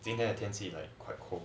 今天的天气 like quite cool